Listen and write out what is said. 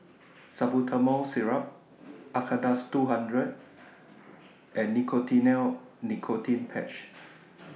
Salbutamol Syrup Acardust two hundred and Nicotinell Nicotine Patch